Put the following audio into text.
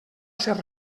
ser